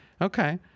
Okay